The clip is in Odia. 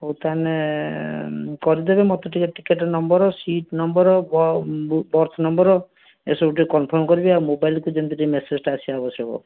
ହେଉ ତାହେଲେ କରିଦେବେ ମୋତେ ଟିକିଏ ticket number seat number berth number ଏସବୁ ଟିକେ କନଫର୍ମ କିରିକି ମୋବାଇଲକୁ ଯେମତି ଟିକିଏ ମେସେଜଟା ଆସିବା ଆବଶ୍ୟକ